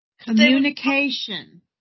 Communication